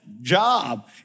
Job